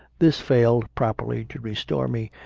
this failed properly to restore me,